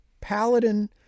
Paladin